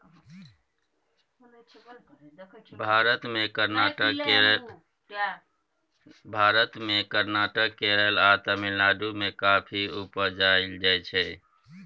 भारत मे कर्नाटक, केरल आ तमिलनाडु मे कॉफी उपजाएल जाइ छै